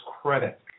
credit